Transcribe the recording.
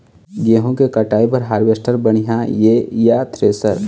गेहूं के कटाई बर हारवेस्टर बढ़िया ये या थ्रेसर?